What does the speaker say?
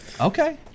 okay